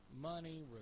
money